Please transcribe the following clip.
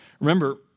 Remember